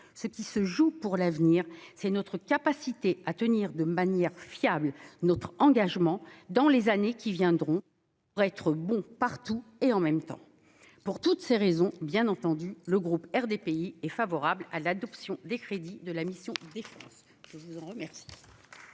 ce qui se joue pour l'avenir, c'est notre capacité à tenir de manière fiable notre engagement dans les années qui viendront, pour être bons « partout et en même temps ». Pour toutes ces raisons, le groupe RDPI est évidemment favorable à l'adoption des crédits de la mission « Défense ». La parole